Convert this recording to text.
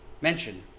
mention